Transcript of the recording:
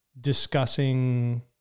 discussing